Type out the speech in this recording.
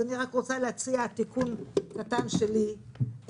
אז אני רק רוצה להציע תיקון קטן שלי,